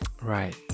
Right